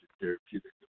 therapeutic